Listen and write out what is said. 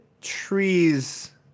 trees